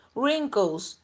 wrinkles